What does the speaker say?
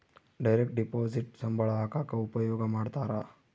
direct deposit ಸಂಬಳ ಹಾಕಕ ಉಪಯೋಗ ಮಾಡ್ತಾರ